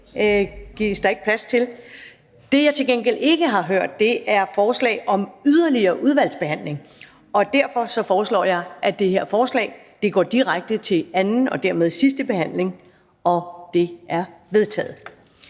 Det, jeg til gengæld ikke har hørt, er forslag om yderligere udvalgsbehandling. Derfor foreslår jeg, at det her forslag til folketingsbeslutning går direkte til anden og dermed sidste behandling. Det er vedtaget.